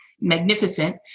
magnificent